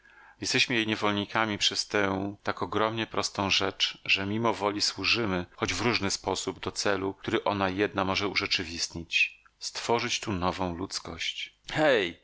jesteśmy jej niewolnikami przez tę tak ogromnie prostą rzecz że mimowoli służymy choć w różny sposób do celu który ona jedna może urzeczywistnić stworzyć tu nową ludzkość hej